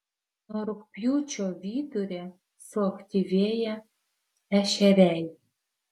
nuo rugpjūčio vidurio suaktyvėja ešeriai